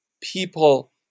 people